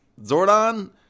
Zordon